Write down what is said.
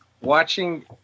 watching